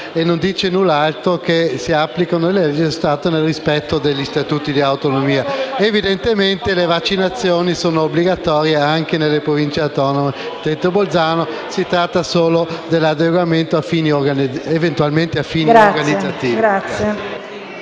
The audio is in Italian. e non dice null'altro se non che si applicano le leggi dello Stato nel rispetto degli statuti di autonomia. Evidentemente le vaccinazioni sono obbligatorie anche nelle Province autonome di Trento e Bolzano. Si tratta solo dell'adeguamento eventuale a fini organizzativi.